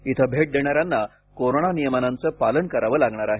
इथं भेट देणाऱ्यांना कोरोना नियमांचं पालन करावं लागणार आहे